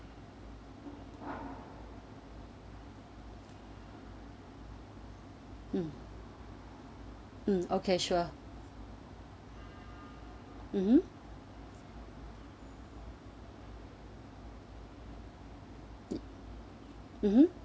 mm mm okay sure mmhmm mmhmm